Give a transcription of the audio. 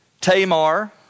Tamar